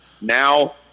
Now –